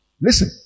Listen